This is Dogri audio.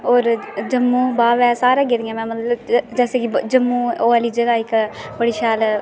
होर जम्मू बाह्वे सारे गेदियां मतलब जैसे की जम्मू ओह् आह्ली जगह आई इक्क बड़ी शैल